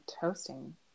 toasting